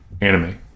anime